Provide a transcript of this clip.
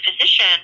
physician